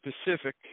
specific